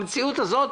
המציאות הזאת,